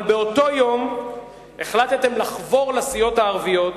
אבל באותו יום החלטתם לחבור לסיעות הערביות,